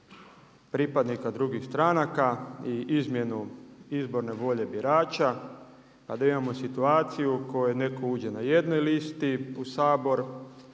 pripadnika drugih stranaka i izmjenu izborne volje birača, pa da imamo situaciju u koju neko uđe na jednoj listi u Sabor,